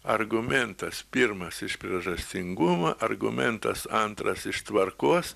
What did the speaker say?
argumentas pirmas iš priežastingumo argumentas antras iš tvarkos